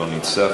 לא נמצא,